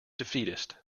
defeatist